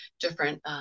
different